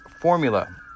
formula